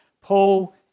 Paul